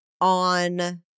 on